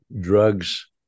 drugs